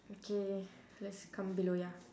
okay let's come below ya